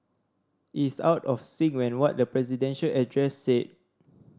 it is out of sync when what the presidential address said